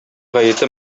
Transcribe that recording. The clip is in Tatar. гаете